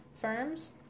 firms